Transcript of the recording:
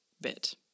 bit